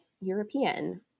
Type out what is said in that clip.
European